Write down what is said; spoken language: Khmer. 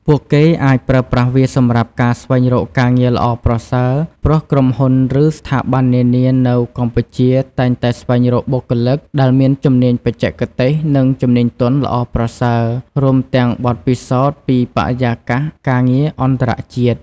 ពួកគេអាចប្រើប្រាស់វាសម្រាប់ការស្វែងរកការងារល្អប្រសើរ ព្រោះក្រុមហ៊ុន ឬស្ថាប័ននានានៅកម្ពុជាតែងតែស្វែងរកបុគ្គលិកដែលមានជំនាញបច្ចេកទេស និងជំនាញទន់ល្អប្រសើរ រួមទាំងបទពិសោធន៍ពីបរិយាកាសការងារអន្តរជាតិ។